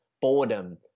boredom